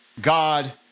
God